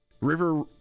River